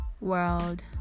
World